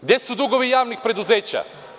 Gde su dugovi javnih preduzeća?